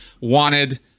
wanted